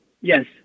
Yes